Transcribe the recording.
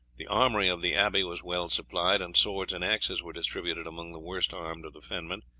the armoury of the abbey was well supplied, and swords and axes were distributed among the worst armed of the fenmen.